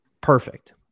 perfect